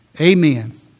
Amen